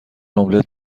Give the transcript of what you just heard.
املت